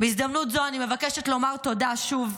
בהזדמנות זו אני מבקשת לומר תודה שוב,